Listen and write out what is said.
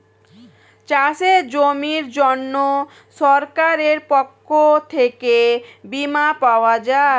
চাষের জমির জন্য সরকারের পক্ষ থেকে বীমা পাওয়া যায়